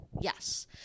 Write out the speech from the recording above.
Yes